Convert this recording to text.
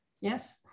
Yes